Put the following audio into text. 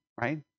right